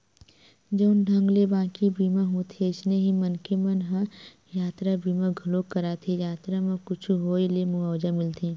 जउन ढंग ले बाकी बीमा होथे अइसने ही मनखे मन ह यातरा बीमा घलोक कराथे यातरा म कुछु होय ले मुवाजा मिलथे